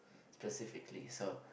specifically so